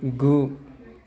गु